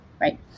right